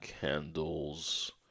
candles